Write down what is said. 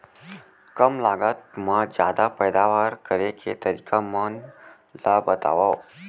कम लागत मा जादा पैदावार करे के तरीका मन ला बतावव?